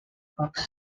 fox